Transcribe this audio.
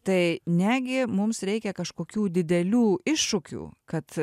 tai negi mums reikia kažkokių didelių iššūkių kad